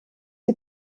die